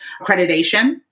accreditation